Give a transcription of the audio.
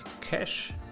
cash